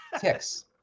ticks